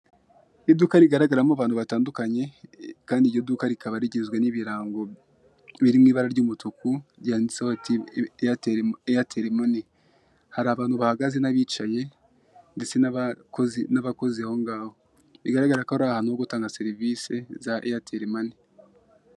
Iduka rigaragaramo abantu batandukanye, Kandi iryo duka rikaba rigizwe n'ibirango biri mw'ibara ry'umutuku ryanditseho Airtel mani. Hari abantu bahagaze n'abicaye ndetse n'abakozi aho ngaho , bigaragara ko arahantu ho gutangirwa serivise za Airtel mani.